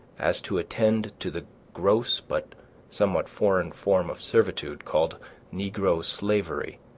as to attend to the gross but somewhat foreign form of servitude called negro slavery,